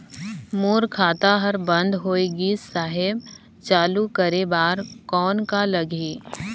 मोर खाता हर बंद होय गिस साहेब चालू करे बार कौन का लगही?